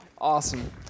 Awesome